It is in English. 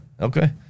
Okay